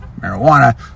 marijuana